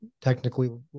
technically